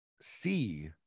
see